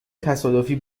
تصادفی